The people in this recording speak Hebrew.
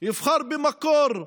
יבחר במקור.